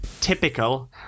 typical